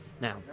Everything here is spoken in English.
Now